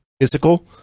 physical